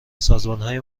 سازمانهای